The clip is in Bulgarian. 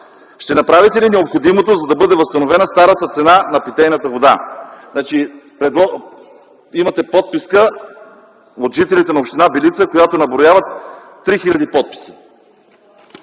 Ще направите ли необходимото, за да бъде възстановена старата цена на питейната вода? Имате подписка от жителите на община Белица, която наброява 3000 подписа.